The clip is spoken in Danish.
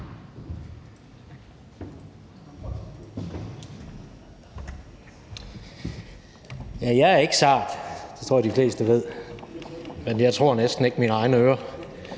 Jeg er ikke sart – det tror jeg de fleste ved – men jeg tror næsten ikke mine egne ører